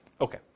Okay